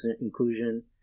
inclusion